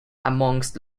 amongst